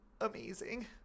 amazing